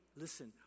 listen